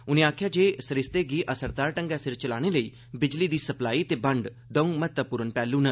उन्ने आक्खेया जे सरिस्ते गी असरदार ढंगै सिर चलाने लेई बिजली दी सप्लाई ते बंड दंऊ महत्वपूर्ण पैहलू न